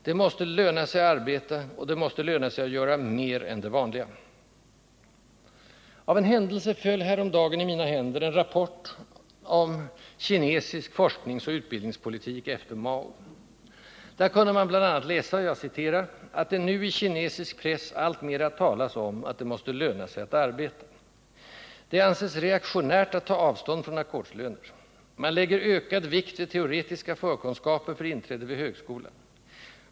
Det måste löna sig att arbeta, och det måste löna sig att göra mer än det vanliga. Av en händelse föll häromdagen i mina händer en rapport om kinesisk forskningsoch utbildningspolitik efter Mao. Där kunde man bl.a. läsa att ”det nu i kinesisk press alltmera talas om att det måste löna sig att arbeta”. Det anses reaktionärt att ta avstånd från ackordslöner. Man lägger ökad vikt vid teoretiska förkunskaper för inträde vid högskolan.